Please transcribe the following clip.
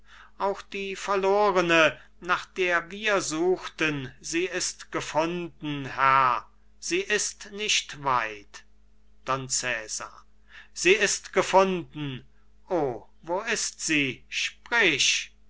auch die verlorene nach der wir suchten sie ist gefunden herr sie ist nicht weit don cesar sie ist gefunden o wo ist sie sprich